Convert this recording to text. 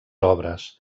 obres